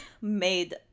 made